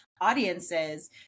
audiences